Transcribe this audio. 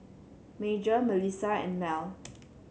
Major Melissa and Mell